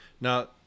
Now